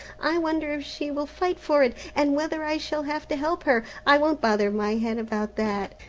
i wonder if she will fight for it, and whether i shall have to help her. i won't bother my head about that.